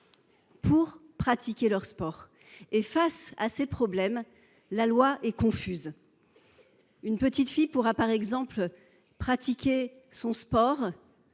pour pratiquer leur sport. Face à ces difficultés, la loi est confuse. Une petite fille pourra par exemple pratiquer son sport